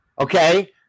Okay